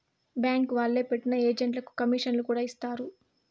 bank వాళ్లే పెట్టిన ఏజెంట్లకు కమీషన్లను కూడా ఇత్తారు